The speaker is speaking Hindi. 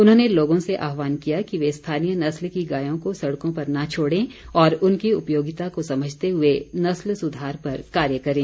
उन्होंने लोगों से आहवान किया कि वे स्थानीय नस्ल की गायों को सड़कों पर न छोड़ें और उनकी उपयोगिता को समझते हुए नस्ल सुधार पर कार्य करें